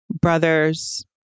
brothers